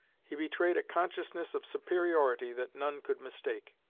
he betrayed a consciousness of superiority that none could mistake.